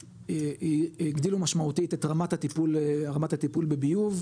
הגדילו משמעותית את רמת הטיפול רמת הטיפול בביוב,